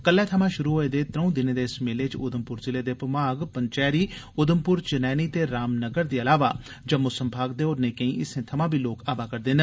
कल्लै थमां शुरु होए दे त्रौंऊ दिनें दे इस मेले च उधमप्र जिले दे भमाग पंचैरी उधमपुर चनैनी ते रामनगर दे इलावा जम्मू संभाग दे होरने कैंई हिस्सें थमां बी लोक आवा करदे न